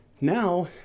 now